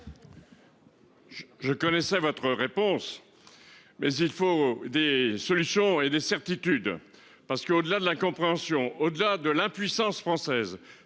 Je connaissais votre réponse. Mais il faut des solutions et des certitudes parce qu'au-delà de la compréhension. Au-delà de l'impuissance française